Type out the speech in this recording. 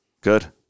Good